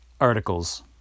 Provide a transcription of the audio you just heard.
articles